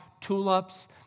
tulips